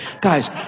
Guys